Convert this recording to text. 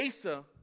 Asa